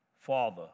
Father